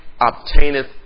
obtaineth